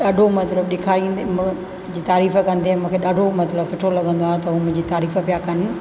ॾाढो मतिलबु ॾेखारींदो मुंहिंजी तारीफ़ कंदे मूंखे ॾाढो मतिलबु सुठो लॻंदो आहे मुंहिंजी तारीफ़ पिया कनि